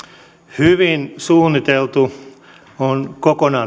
hyvin suunniteltu on kokonaan